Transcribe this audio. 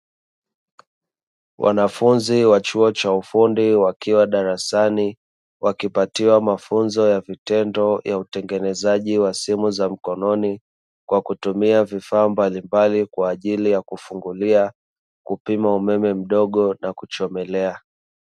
Wanafunzi wa chuo cha ufundi, wakiwa darasani wakipatiwa mafunzo ya vitendo ya utengenezaji wa simu za mkononi kwa kutumia vifaa mbalimbali, kwa ajili ya kufungulia kupima umeme mdogo na kuchomelea.